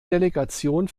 delegation